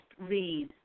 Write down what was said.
read